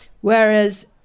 Whereas